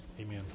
amen